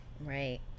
right